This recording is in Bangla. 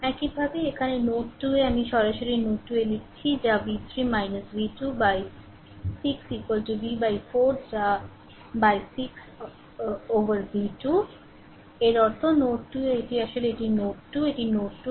একইভাবে এখানে নোড 2 এ আমি সরাসরি নোড 2 এ লিখছি যা v3 v2 উপর 6 v 4 যা 6 এর উপর v2 এর অর্থ নোড 2 এ এটি আসলে এটি নোড 2 এটি নোড 2